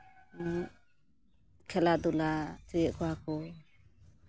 ᱠᱷᱮᱞᱟ ᱫᱷᱩᱞᱟ ᱦᱚᱪᱚᱭᱮᱫ ᱠᱚᱣᱟ ᱠᱚ